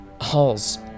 Halls